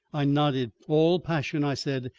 i nodded. all passion, i said,